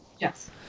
Yes